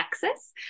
Texas